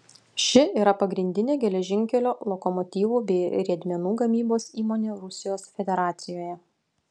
ši yra pagrindinė geležinkelio lokomotyvų bei riedmenų gamybos įmonė rusijos federacijoje